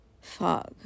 Fuck